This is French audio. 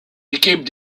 équipes